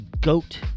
GOAT